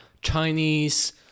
Chinese